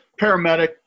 paramedic